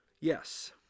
Yes